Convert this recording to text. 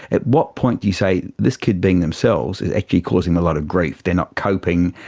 at what point you say this kid being themselves is actually causing a lot of grief, they're not coping,